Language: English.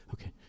Okay